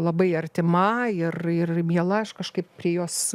labai artima ir ir miela aš kažkaip prie jos